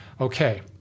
okay